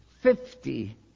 fifty